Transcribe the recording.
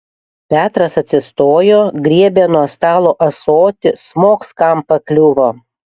petras atsistojo griebė nuo stalo ąsotį smogs kam pakliuvo